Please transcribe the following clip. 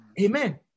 Amen